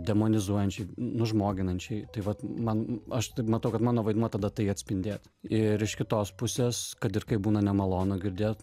demonizuojančiai nužmoginančiai tai vat man aš taip matau kad mano vaidmuo tada tai atspindėt ir iš kitos pusės kad ir kaip būna nemalonu girdėt